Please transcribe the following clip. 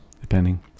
Depending